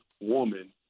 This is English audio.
woman